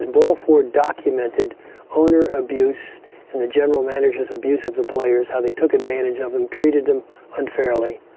ball four documented owner abuse and the general managers' abuse of the players. how they took advantage of them, treated them unfairly.